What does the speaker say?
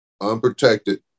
unprotected